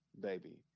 baby